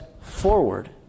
forward